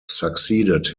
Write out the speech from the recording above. succeeded